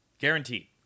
guaranteed